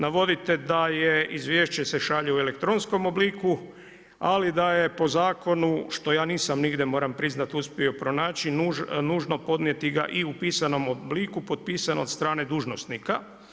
Navodite da je izvješće se šalje u elektronskom obliku, ali da je po zakonu, što ja nisam nigdje, moram priznati, uspio pronaći, nužno podnijeti ga i pisanom obliku, potpisan od strane dužnosnika.